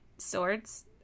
Swords